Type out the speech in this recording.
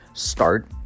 Start